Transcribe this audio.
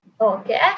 Okay